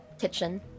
kitchen